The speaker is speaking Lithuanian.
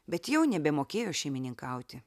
bet jau nebemokėjo šeimininkauti